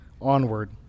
onward